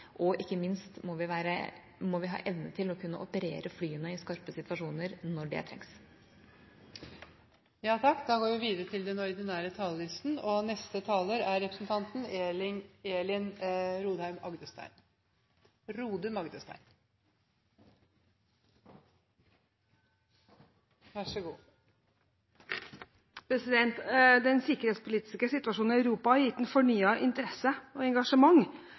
og da må vi i det samarbeidet både kunne ivareta våre nasjonale behov, og vi må, ikke minst, ha evnen til å kunne operere flyene i skarpe situasjoner når det trengs. Replikkordskiftet er omme. Den sikkerhetspolitiske situasjonen i Europa har gitt fornyet interesse og engasjement